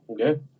Okay